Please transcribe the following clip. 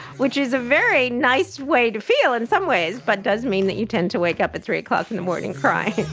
which is a very nice way to feel in some ways but it does mean that you tend to wake up at three o'clock in the morning crying.